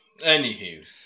Anywho